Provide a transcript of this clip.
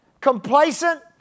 complacent